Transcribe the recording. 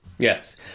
Yes